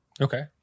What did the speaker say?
Okay